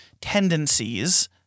tendencies